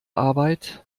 arbeit